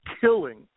killing